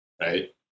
right